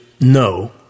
no